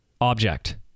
object